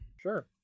Sure